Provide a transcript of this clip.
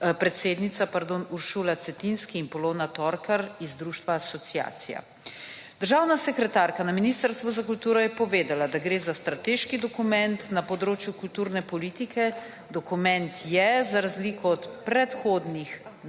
predsednica pardon, Uršula Cetinski in Polona Torkar iz Društva Asociacija. Državna sekretarka na Ministrstvu za kulturo je povedala, da gre za strateški dokument na področju kulturne politike, dokument je za razliko od prehodnih